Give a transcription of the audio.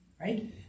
right